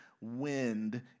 wind